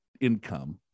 income